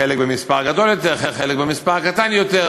חלק במספר גדול יותר, חלק במספר קטן יותר,